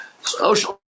Social